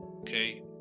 Okay